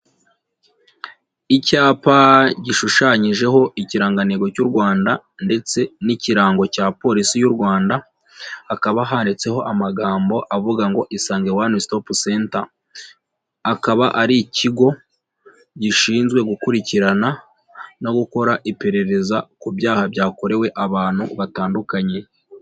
Icyapa gishushanyijeho ikirangantego cy'u Rwanda ndetse n'ikirango cya polisi y'u Rwanda, hakaba handitseho amagambo avuga ngo Isange one stop center, akaba ari ikigo gishinzwe gukurikirana no gukora iperereza ku byaha byakorewe abantu batandukanye.